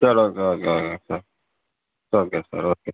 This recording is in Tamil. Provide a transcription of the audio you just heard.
சரி okay okay okay sir okay sir okay